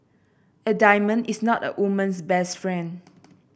a diamond is not a woman's best friend